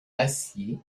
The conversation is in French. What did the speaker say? acier